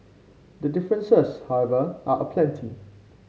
the differences however are aplenty